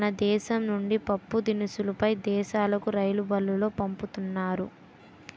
మన దేశం నుండి పప్పుదినుసులు పై దేశాలుకు రైలుబల్లులో పంపుతున్నారు